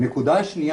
הנקודה השנייה,